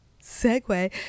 segue